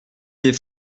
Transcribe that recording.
des